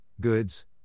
goods